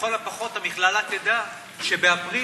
לכל הפחות המכללה תדע שבאפריל,